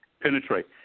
penetrate